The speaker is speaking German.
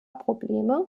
probleme